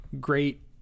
great